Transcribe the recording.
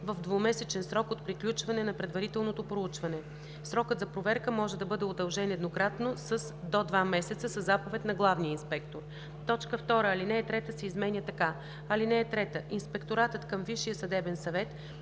в двумесечен срок от приключване на предварителното проучване. Срокът за проверка може да бъде удължен еднократно с до два месеца със заповед на главния инспектор.“ 2. Алинея 3 се изменя така: „(3) Инспекторатът към Висшия съдебен съвет